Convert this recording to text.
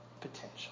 potential